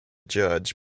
judge